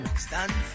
Stand